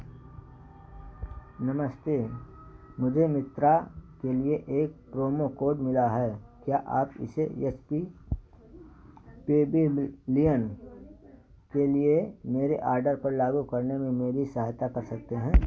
नमस्ते मुझे मित्रा के लिए एक प्रोमो कोड मिला है क्या आप इसे यस पी पेबेललियन के लिए मेरे आडर पर लागू करने में मेरी सहायता कर सकते हैं